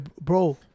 Bro